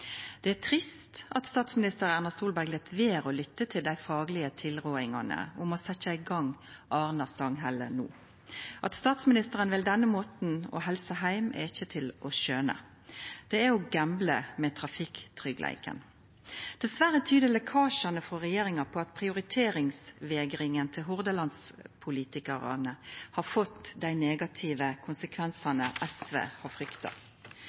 Det er trist at statsminister Erna Solberg lèt vera å lytta til dei faglege tilrådingane om å setja i gang Arna–Stanghelle no. At statsministeren vel denne måten å helsa heim på, er ikkje til å skjøna. Det er å gambla med trafikktrykkleiken. Dessverre tyder lekkasjane frå regjeringa på at prioriteringsvegringa til Hordaland-politikarane har fått dei negative konsekvensane SV har frykta.